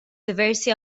diversi